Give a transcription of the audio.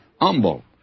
Humble